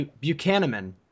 buchanan